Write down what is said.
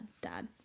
dad